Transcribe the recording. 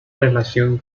relación